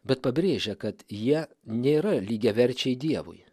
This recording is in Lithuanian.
bet pabrėžia kad jie nėra lygiaverčiai dievui